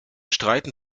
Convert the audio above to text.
streiten